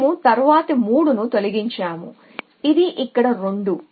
మేము తరువాతి 3 ను తొలగించాము ఇది ఇక్కడ 2